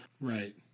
Right